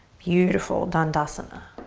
beautiful dandasana.